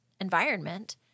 environment